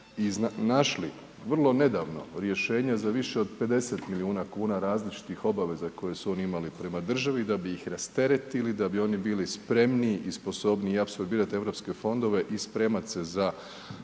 našli vrlo nedavno, rješenje za više od 50 milijuna kuna, različiti obaveza koje su one imali prema državi, da bi ih rasteretili, da bi oni bili spremniji i sposobniji i apsorbirati europske fondove i spremati se za